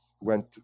Went